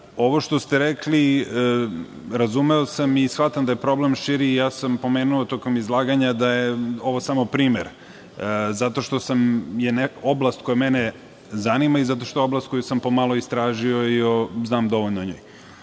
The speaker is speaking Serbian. što ste rekli, razumeo sam i shvatam da je problem širi. Pomenuo sam tokom izlaganja da je ovo samo primer, zato što je oblast koja mene zanima i zato što je oblast koju sam pomalo istražio i znam dovoljno o njoj. Drago